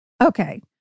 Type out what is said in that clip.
Okay